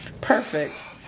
Perfect